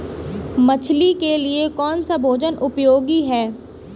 मछली के लिए कौन सा भोजन उपयोगी है?